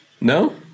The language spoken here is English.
No